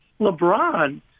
LeBron